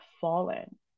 fallen